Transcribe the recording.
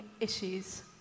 issues